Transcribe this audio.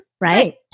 Right